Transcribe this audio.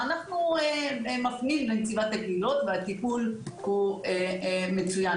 ואנחנו מפנים לנציבת הקבילות והטיפול הוא מצוין.